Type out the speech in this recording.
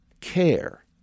care